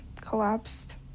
collapsed